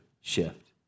shift